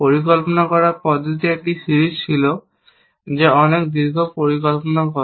পরিকল্পনা করার পদ্ধতির একটি সিরিজ ছিল যা অনেক দীর্ঘ পরিকল্পনা তৈরি করে